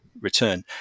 return